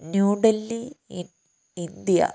New Delhi in India